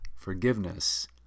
Forgiveness